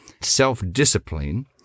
self-discipline